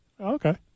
Okay